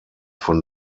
von